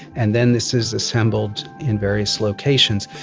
and then this is assembled in various locations.